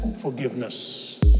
Forgiveness